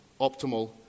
optimal